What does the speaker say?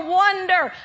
wonder